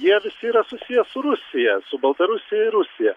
jie visi yra susiję su rusija su baltarusija ir rusija